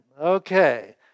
Okay